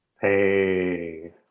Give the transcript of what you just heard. Hey